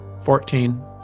Fourteen